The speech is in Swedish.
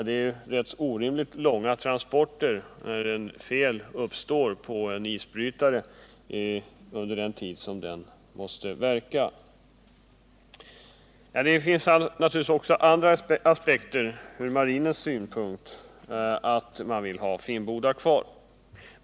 Det blir ju orimligt långa transporter när ett fel uppstår på en isbrytare under den tid som den måste vara i verksamhet. Det finns naturligtvis också andra aspekter som gör att man ur marinens synpunkt vill ha Finnboda kvar.